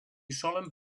solen